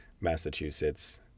Massachusetts